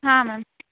ಹಾಂ ಮ್ಯಾಮ್